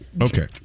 Okay